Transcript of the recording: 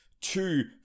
two